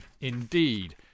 indeed